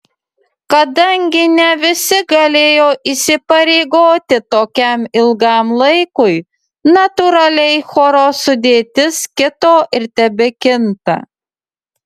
kadangi ne visi galėjo įsipareigoti tokiam ilgam laikui natūraliai choro sudėtis kito ir tebekinta